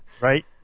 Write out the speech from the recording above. right